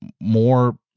more